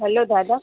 hello Dada